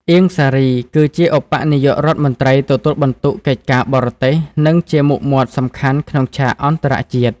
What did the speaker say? អៀង សារី គឺជាឧបនាយករដ្ឋមន្ត្រីទទួលបន្ទុកកិច្ចការបរទេស និងជាមុខមាត់សំខាន់ក្នុងឆាកអន្តរជាតិ។